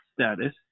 status